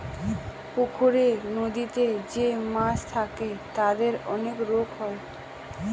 পুকুরে, নদীতে যে মাছ থাকে তাদের অনেক রোগ হয়